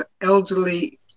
elderly